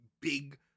big